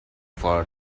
for